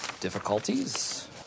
difficulties